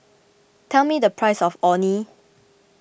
tell me the price of Orh Nee